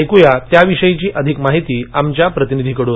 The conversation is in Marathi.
ऐकूया त्याविषयी अधिक माहिती आमच्या प्रतिनिधीकडून